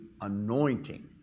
anointing